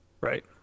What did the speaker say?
right